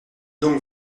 donc